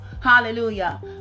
Hallelujah